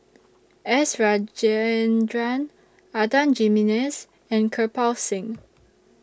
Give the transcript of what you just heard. S Rajendran Adan Jimenez and Kirpal Singh